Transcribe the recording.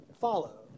follow